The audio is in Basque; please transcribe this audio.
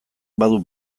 badu